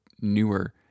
newer